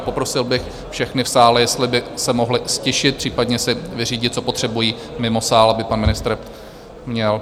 Poprosil bych všechny v sále, jestli by se mohli ztišit, případně si vyřídit, co potřebují, mimo sál, aby pan ministr měl...